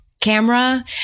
camera